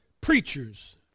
preachers